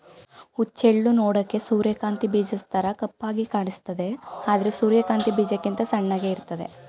ಹುಚ್ಚೆಳ್ಳು ನೋಡೋಕೆ ಸೂರ್ಯಕಾಂತಿ ಬೀಜದ್ತರ ಕಪ್ಪಾಗಿ ಕಾಣಿಸ್ತದೆ ಆದ್ರೆ ಸೂರ್ಯಕಾಂತಿ ಬೀಜಕ್ಕಿಂತ ಸಣ್ಣಗೆ ಇರ್ತದೆ